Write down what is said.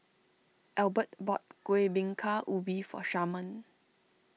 Elbert bought Kueh Bingka Ubi for Sharman